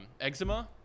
eczema